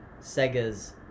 Sega's